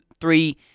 three